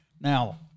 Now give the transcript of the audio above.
Now